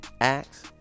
acts